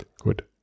Gut